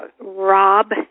rob